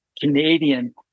Canadian